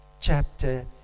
chapter